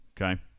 Okay